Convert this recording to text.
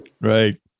right